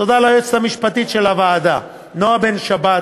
תודה ליועצת המשפטית של הוועדה, נועה בן-שבת,